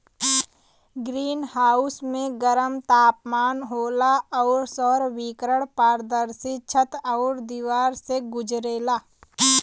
green house में गरम तापमान होला आउर सौर विकिरण पारदर्शी छत आउर दिवार से गुजरेला